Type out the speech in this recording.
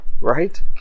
Right